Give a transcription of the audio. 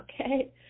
okay